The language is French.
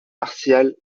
martial